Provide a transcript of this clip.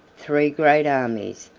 three great armies,